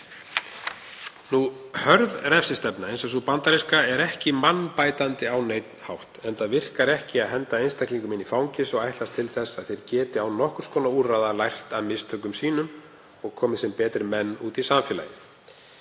með. Hörð refsistefna eins og sú bandaríska er ekki mannbætandi á neinn hátt, enda virkar ekki að henda einstaklingum inn í fangelsi og ætlast til þess að þeir geti án nokkurs konar úrræða lært af mistökum sínum og komið sem betri menn út í samfélagið.